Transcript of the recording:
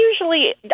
usually